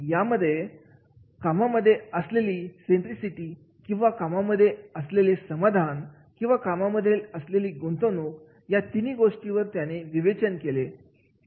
यामध्ये job centricity job satisfaction आणि job involvement या तीनही गोष्टींवर त्यांनी विवेचन केले आहे